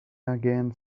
again